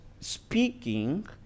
speaking